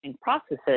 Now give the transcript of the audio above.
processes